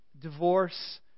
divorce